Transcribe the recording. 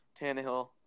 Tannehill